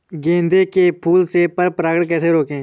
गेंदे के फूल से पर परागण कैसे रोकें?